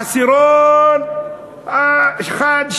העשירון האחד,